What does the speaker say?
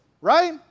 Right